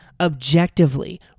objectively